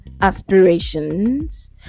aspirations